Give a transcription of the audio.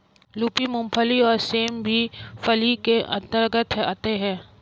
lupin, मूंगफली और सेम भी फली के अंतर्गत आते हैं